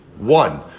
One